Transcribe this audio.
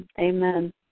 Amen